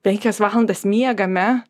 penkias valandas miegame